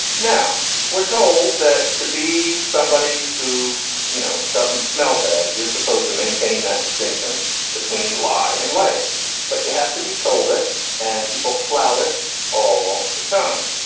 now we're told that to be somebody who you know doesn't smell bad you're supposed to maintain that distinction between lie and lay but you have to be told it and people flout it all the time.